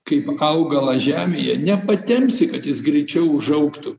kaip augalą žemėje nepatempsi kad jis greičiau užaugtų